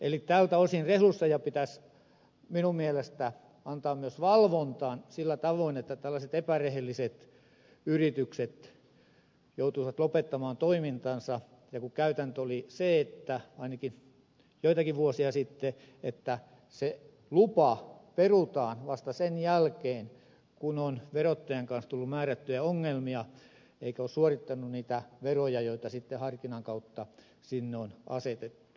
eli tältä osin resursseja pitäisi minun mielestäni antaa myös valvontaan sillä tavoin että tällaiset epärehelliset yritykset joutuisivat lopettamaan toimintansa varsinkin kun käytäntö oli ainakin joitakin vuosia sitten sellainen että se lupa perutaan vasta sen jälkeen kun on verottajan kanssa tullut määrättyjä ongelmia eikä ole suorittanut niitä veroja joita sitten harkinnan kautta sinne on asetettu